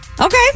Okay